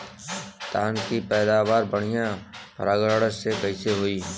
धान की पैदावार बढ़िया परागण से कईसे होई?